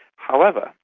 however,